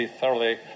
thoroughly